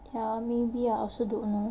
ya I mean ya I also don't know